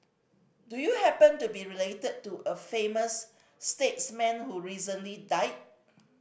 do you happen to be related to a famous statesman who recently died